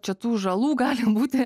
čia tų žalų gali būti